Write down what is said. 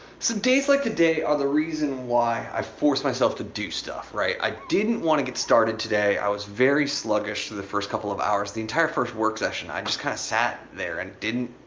so days like today are the reason why i force myself to do stuff, right? i didn't want to get started today, i was very sluggish through the first couple of hours. the entire first work session, i just kinda kind of sat there and didn't